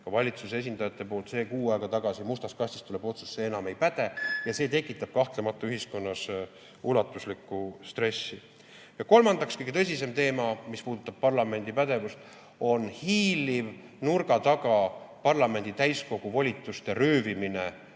valitsuse esindajate poolt, see kuu aega tagasi, mustast kastist tuleb otsus, see enam ei päde, ja see tekitab kahtlemata ühiskonnas ulatuslikku stressi. Ja kolmandaks kõige tõsisem teema, mis puudutab parlamendi pädevust. See on hiiliv, nurga taga parlamendi täiskogu volituste röövimine